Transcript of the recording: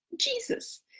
Jesus